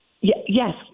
Yes